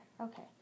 okay